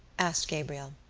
asked gabriel.